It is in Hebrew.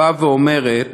אומרת